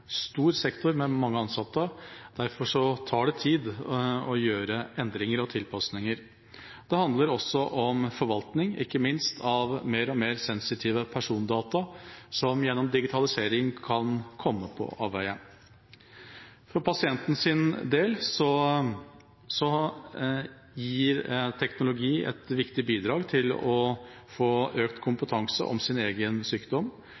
stor sektor med mange ansatte. Derfor tar det tid å gjøre endringer og tilpasninger. Det handler også om forvaltning ikke minst av mer og mer sensitive persondata, som gjennom digitalisering kan komme på avveier. For pasientens del gir teknologi et viktig bidrag til å få økt kompetanse om sin egen sykdom,